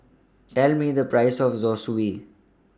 Tell Me The Price of Zosui